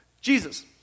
Jesus